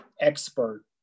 expert